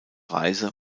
reise